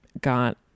got